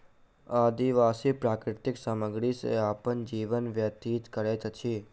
आदिवासी प्राकृतिक सामग्री सॅ अपन जीवन व्यतीत करैत अछि